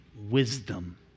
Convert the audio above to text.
wisdom